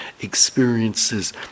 experiences